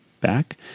back